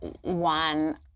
one